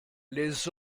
les